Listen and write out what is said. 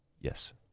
Yes